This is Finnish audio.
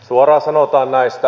suoraan sanotaan näistä